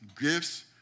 gifts